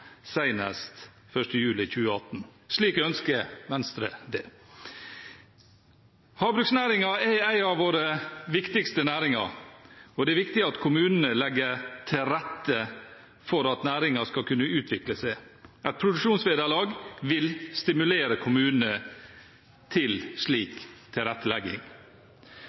senest 1. juli 2018». Slik ønsker Venstre å ha det. Havbruksnæringen er en av våre viktigste næringer, og det er viktig at kommunene legger til rette for at næringen skal kunne utvikle seg. Et produksjonsvederlag vil stimulere kommunene til slik tilrettelegging.